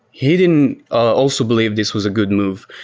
he didn't also believe this was a good move.